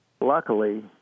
luckily